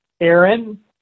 Aaron